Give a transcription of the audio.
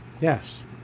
Yes